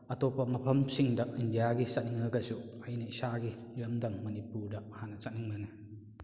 ꯑꯇꯣꯞꯄ ꯃꯐꯝꯁꯤꯡꯗ ꯏꯟꯗꯤꯌꯥꯒꯤ ꯆꯠꯅꯤꯡꯉꯒꯁꯨ ꯑꯩꯅ ꯏꯁꯥꯒꯤ ꯏꯔꯝꯗꯝ ꯃꯅꯤꯄꯨꯔꯗ ꯍꯥꯟꯅ ꯆꯠꯅꯤꯡꯕꯅꯦ